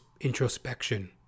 introspection